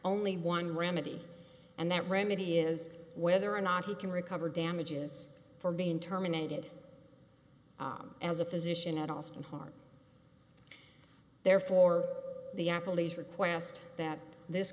only one remedy and that remedy is whether or not he can recover damages for being terminated as a physician at austin heart therefore the apple is request that this